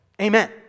amen